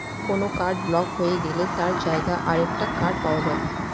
কোনো card block হয়ে গেলে তার জায়গায় আরেকটা কার্ড পাওয়া যায়